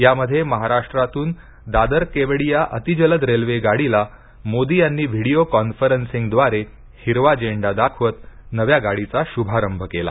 यामध्ये महाराष्ट्रातून दादर केवडिया अतिजलद रेल्वे गाडीला मोदी यांनी व्हिडिओ कॉन्फरनसिंगद्वारे हिरवा झेंडा दाखवत या नव्या गाडीचा शुभारंभ केला